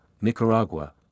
Nicaragua